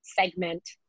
segment